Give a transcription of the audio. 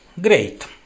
great